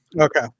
Okay